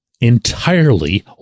entirely